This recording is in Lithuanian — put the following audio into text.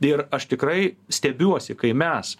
ir aš tikrai stebiuosi kai mes